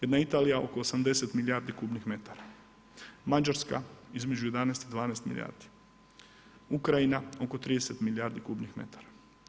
Jedna Italija oko 80 milijardi kubnih metara, Mađarska između 11 i 12 milijardi, Ukrajina oko 30 milijardi kubnih metara.